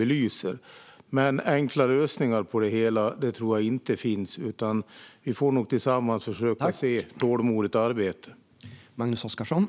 Men jag tror inte att det finns några enkla lösningar på det hela, utan vi får nog arbeta tålmodigt tillsammans.